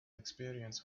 experience